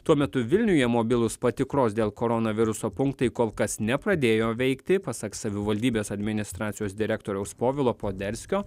tuo metu vilniuje mobilūs patikros dėl koronaviruso punktai kol kas nepradėjo veikti pasak savivaldybės administracijos direktoriaus povilo poderskio